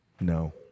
No